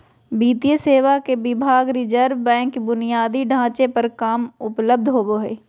वित्तीय सेवा के विभाग रिज़र्व बैंक बुनियादी ढांचे पर कम उपलब्ध होबो हइ